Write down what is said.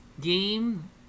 game